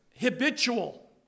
Habitual